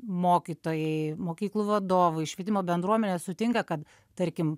mokytojai mokyklų vadovai švietimo bendruomenė sutinka kad tarkim